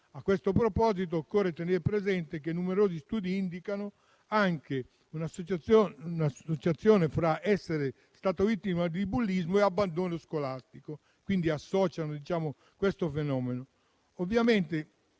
A questo proposito occorre tener presente che numerosi studi indicano anche un'associazione fra l'essere stato vittima di bullismo e l'abbandono scolastico. Ovviamente i testimoni